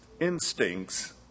instincts